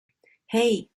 hey